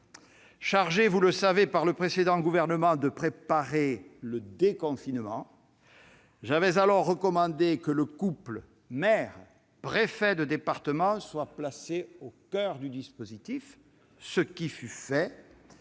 heure. Vous le savez, chargé par le précédent gouvernement de préparer le déconfinement, j'avais recommandé que le couple maire-préfet de département soit placé au coeur du dispositif, ce qui fut fait.